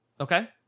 Okay